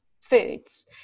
foods